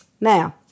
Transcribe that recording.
Now